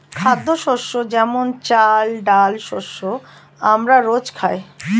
খাদ্যশস্য যেমন চাল, ডাল শস্য আমরা রোজ খাই